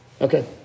okay